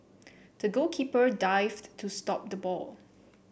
the goalkeeper dived to stop the ball